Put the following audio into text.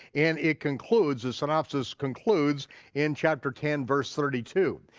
and it concludes, the synopsis concludes in chapter ten, verse thirty two.